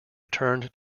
returned